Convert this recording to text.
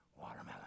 watermelon